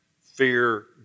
Fear